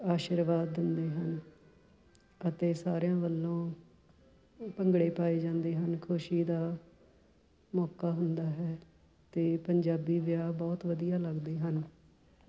ਆਸ਼ੀਰਵਾਦ ਦਿੰਦੇ ਹਨ ਅਤੇ ਸਾਰਿਆਂ ਵੱਲੋਂ ਭੰਗੜੇ ਪਾਏ ਜਾਂਦੇ ਹਨ ਖੁਸ਼ੀ ਦਾ ਮੌਕਾ ਹੁੰਦਾ ਹੈ ਅਤੇ ਪੰਜਾਬੀ ਵਿਆਹ ਬਹੁਤ ਵਧੀਆ ਲੱਗਦੇ ਹਨ